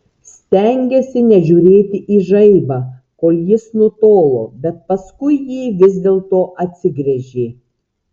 stengėsi nežiūrėti į žaibą kol jis nutolo bet paskui jį vis dėlto atsigręžė